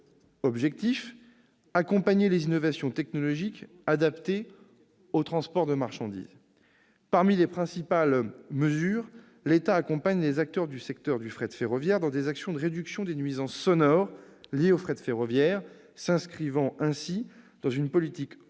objectif : accompagner les innovations technologiques adaptées au transport de marchandises. Parmi les principales mesures, l'État accompagne les acteurs du secteur du fret ferroviaire dans des actions de réduction des nuisances sonores liées au fret ferroviaire, s'inscrivant ainsi dans une politique européenne